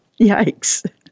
Yikes